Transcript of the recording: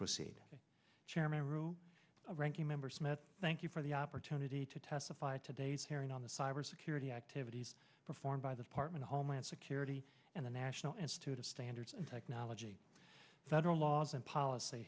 proceed chairman route ranking member smith thank you for the opportunity to testify today's hearing on the cyber security activities performed by the department of homeland security and the national institute of standards and technology federal laws and policy